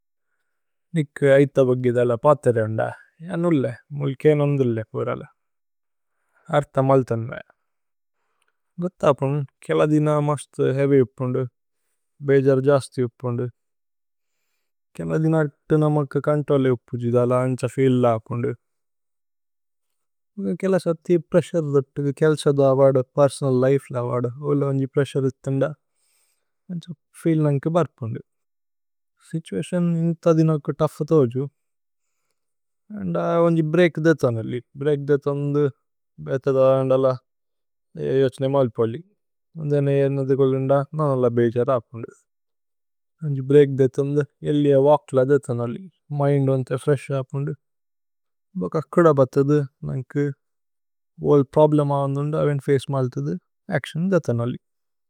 നിക് ഐതബഗ്ഗി ധല പാതേരേ വന്ദ അനുല്ലേ। മുല് കേനു അന്ദുല്ലേ പോരല। അര്ഥ മല്തന്മേ। ഗുഥപുന് കേല ദിന മസ്ത് ഹേവി ഉപ്പുന്ദു ഭേജര്। ജസ്തി ഉപ്പുന്ദു കേല ദിന ഇത്തു നമക് കന്തോലി। ഉപ്പുജി ധല അന്ഛ ഫീല് ല ഉപ്പുന്ദു കേല സര്ഥി। പ്രേസ്സുരേ ധത്തു കേല്സേ ധ അവദു പേര്സോനല് ലിഫേ। ല അവദു ഓല അന്ജി പ്രേസ്സുരേ ഇത്ത ന്ദ അന്ഛ। ഫീല് നന്ക ബര്ക്പുന്ദു സിതുഅതിഓന് ഇന്ത ദിന ക്ക। തുഫ്ഫ തോജു അന്ജ അന്ജി ബ്രേഅക്। ധേഥു അനുല്ലി ഭ്രേഅക് ധേഥു അന്ന്ദു ബേഥ ധല। യോഛനേ മല്പുല്ലി അന്ജ നേ ഏര്ന ധികുലുന്ദ ന। നല്ല ബേജര് ഹപ്പുന്ദു। അന്ജി ബ്രേഅക് ധേഥു അന്ന്ദു। ഏല്ലിഅ വക്ല ധേഥു അനുല്ലി മിന്ദ് വന്തേ ഫ്രേശ്। ഹപ്പുന്ദു ഭോക അക്കുദ ബത്ഥു ധു നന്ക ഓല്। പ്രോബ്ലേമ് ഹവന്ദു ന്ദു അന്ജ വേന് ഫചേ മല്ഥു। ധു അച്തിഓന് ധേഥു അനുല്ലി।